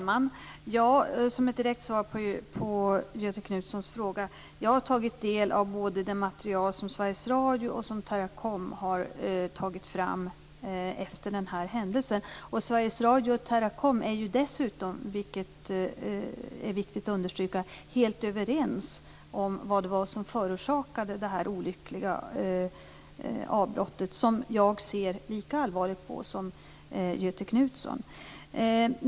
Fru talman! Som ett direkt svar på Göthe Knutsons fråga vill jag säga att jag har tagit del av både det material som Sveriges Radio har tagit fram och det material som Teracom har tagit fram efter den här händelsen. Sveriges Radio och Teracom är ju dessutom, vilket är viktigt att understryka, helt överens om vad det var som orsakade det här olyckliga avbrottet - som jag ser lika allvarligt på som Göthe Knutson.